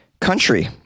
country